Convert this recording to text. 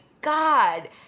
God